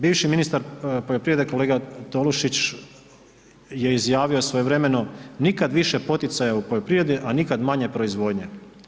Bivši ministar poljoprivrede kolega Tolušić je izjavio svojevremeno, nikad više poticaja u poljoprivredi, a nikad manje proizvodnje.